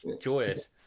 joyous